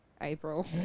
April